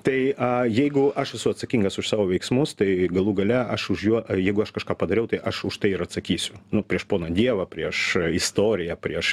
tai jeigu aš esu atsakingas už savo veiksmus tai galų gale aš už juo jeigu aš kažką padariau tai aš už tai ir atsakysiu prieš poną dievą prieš istoriją prieš